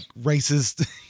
racist